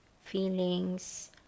feelings